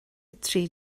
trí